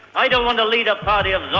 i don't want to lead a party of